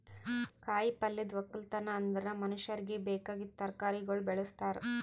ಕಾಯಿ ಪಲ್ಯದ್ ಒಕ್ಕಲತನ ಅಂದುರ್ ಮನುಷ್ಯರಿಗಿ ಬೇಕಾಗಿದ್ ತರಕಾರಿಗೊಳ್ ಬೆಳುಸ್ತಾರ್